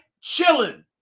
chilling